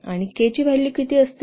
आणि 'k' चे value किती असते